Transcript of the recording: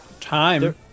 time